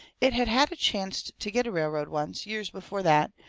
it had had a chancet to get a railroad once, years before that.